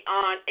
on